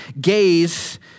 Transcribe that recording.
gaze